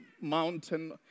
mountain